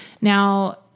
Now